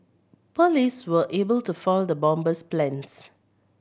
police were able to foil the bomber's plans